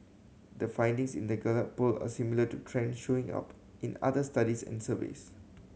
the findings in the Gallup Poll are similar to trend showing up in other studies and surveys